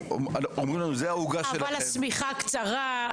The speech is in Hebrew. אומרים לנו "זה העוגה שלכם" --- "אבל השמיכה קצרה",